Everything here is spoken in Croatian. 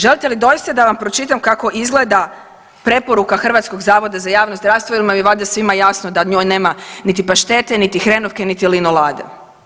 Želite li doista da vam pročitam kako izgleda preporuka Hrvatskog zavoda za javno zdravstvo jer nam je valjda svima jasno da u njoj nema niti paštete, niti hrenovke, niti linolade.